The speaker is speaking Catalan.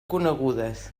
conegudes